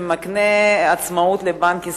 שמקנה עצמאות לבנק ישראל,